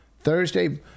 Thursday